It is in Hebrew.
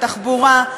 התחבורה,